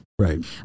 Right